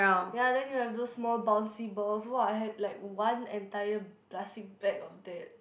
ya then you have those small bouncy balls what I had like one entire plastic bag of that